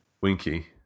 Winky